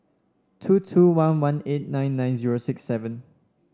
two two one one eight nine nine zero six seven